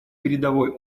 передовой